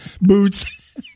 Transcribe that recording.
boots